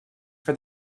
for